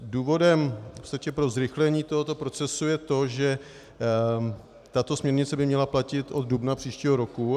Důvodem snahy pro zrychlení tohoto procesu je to, že tato směrnice by měla platit od dubna příštího roku.